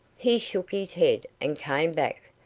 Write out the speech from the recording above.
he shook his head, and came back.